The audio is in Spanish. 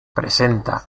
presenta